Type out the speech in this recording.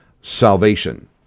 salvation